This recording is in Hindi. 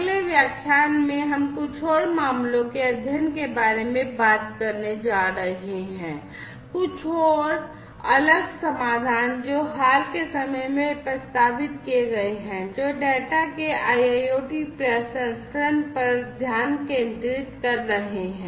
अगले व्याख्यान में हम कुछ और मामलों के अध्ययन के बारे में बात करने जा रहे हैं कुछ और अलग समाधान जो हाल के समय में प्रस्तावित किए गए हैं जो डेटा के IIoT प्रसंस्करण पर ध्यान केंद्रित कर रहे हैं